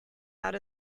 out